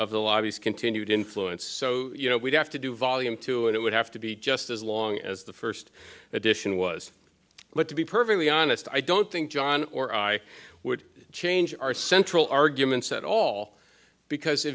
of the obvious continued influence so you know we'd have to do volume two and it would have to be just as long as the first edition was but to be perfectly honest i don't think john or i would change our central arguments at all because